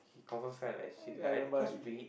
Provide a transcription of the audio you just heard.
he confirm felt like shit lah cause we